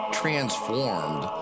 transformed